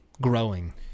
growing